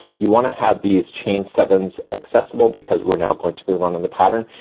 you wanna have these chain sevens accessible, because we're now going to move on in the pattern,